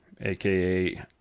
aka